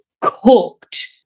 cooked